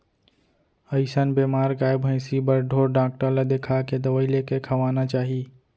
अइसन बेमार गाय भइंसी बर ढोर डॉक्टर ल देखाके दवई लेके खवाना चाही